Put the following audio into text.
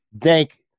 thank